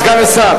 סגן השר.